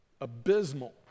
abysmal